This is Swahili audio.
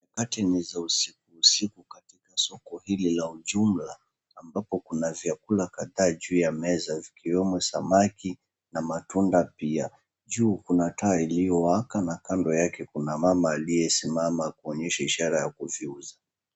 Nyakati ni za usiku usiku katika soko hili la ujumla ambapo kuna vyakula kadhaa juu ya meza zikiwemo samaki na matunda pia juu kuna taa iliyowaka na kando yake kuna mama aliyesimama kuonyesha ishara ya kuziuza.